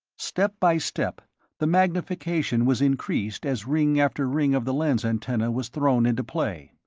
step by step the magnification was increased as ring after ring of the lens antenna was thrown into play.